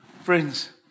friends